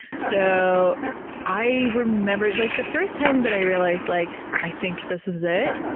so i remember like the first time that i realized, like i think this is it,